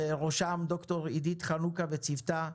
בראשם ד"ר עידית חנוכה וצוותה,